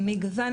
אז אני אגיד.